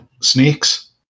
snakes